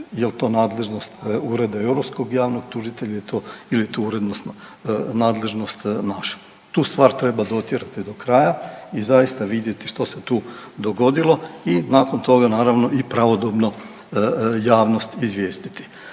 jel to nadležnost Ureda europskog javnog tužitelja ili je tu urednost, nadležnost naša. Tu stvar treba dotjerati do kraja i zaista vidjeti što se tu dogodilo i nakon toga naravno i pravodobno javnost izvijestiti.